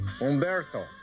Umberto